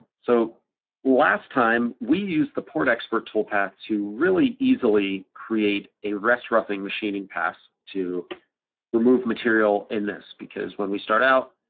so last time, we used the port expert toolpath to really easily create a rest roughing machining pass to remove material in this. because when we start out,